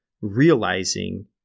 realizing